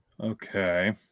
Okay